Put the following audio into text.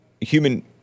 human